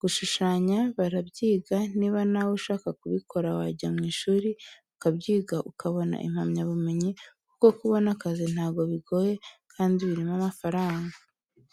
Gushushanya barabyiga, niba nawe ushaka kubikora wajya mu ishuri ukabyiga ukabona impamyabumenyi kuko kubona akazi ntabwo bigoye kandi birimo amafaranga.